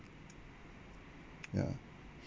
ya